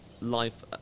life